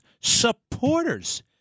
supporters